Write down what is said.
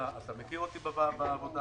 נתתי לכם את הנתונים